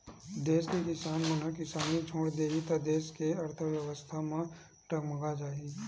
देस के किसान मन किसानी छोड़ देही त देस के अर्थबेवस्था ह डगमगा जाही